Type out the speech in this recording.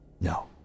No